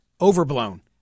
overblown